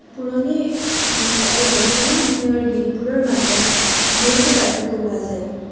পুৰণি গীত আৰু বৰ্তমান সময়ৰ গীতবোৰৰ মাজত বহুতো পাৰ্থক্য পোৱা যায়